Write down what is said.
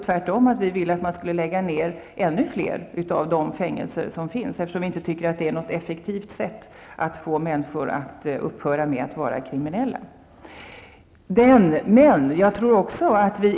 Tvärtom ville vi att man skulle lägga ned ännu fler av de fängelser som finns, eftersom vi anser att fängelsestraff inte är något effektivt sätt att få människor att upphöra med att vara kriminella.